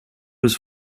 was